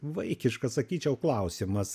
vaikiškas sakyčiau klausimas